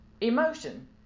Emotion